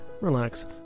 relax